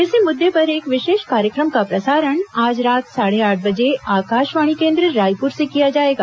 इसी मुद्दे पर एक विशेष कार्यक्रम का प्रसारण आज रात साढ़े आठ बजे आकाशवाणी केन्द्र रायपूर से किया जाएगा